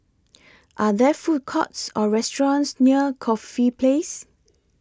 Are There Food Courts Or restaurants near Corfe Place